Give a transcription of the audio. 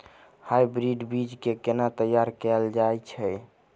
Hybrid बीज केँ केना तैयार कैल जाय छै?